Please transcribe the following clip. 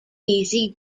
eazy